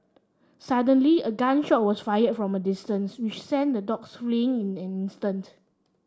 suddenly a gun shot was fired from a distance which sent the dogs fleeing in an instant